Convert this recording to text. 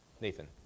Nathan